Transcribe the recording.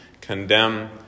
condemn